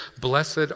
Blessed